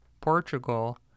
Portugal